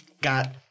got